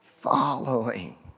following